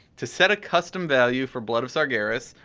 to set a custom value for blood of sargeras,